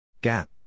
Gap